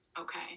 Okay